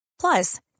Plus